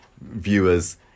viewers